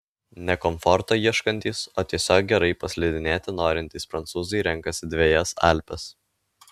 ne komforto ieškantys o tiesiog gerai paslidinėti norintys prancūzai renkasi dvejas alpes